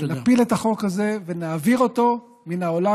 נפיל את החוק הזה ונעביר אותו מן העולם